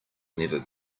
never